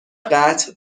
قطع